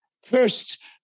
First